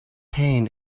pain